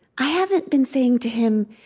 i haven't been saying to him,